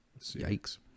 Yikes